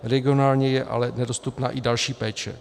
Regionálně je ale nedostupná i další péče.